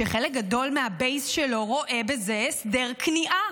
שחלק גדול מהבייס שלא רואה בו הסדר כניעה.